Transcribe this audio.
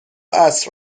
عصر